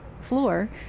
floor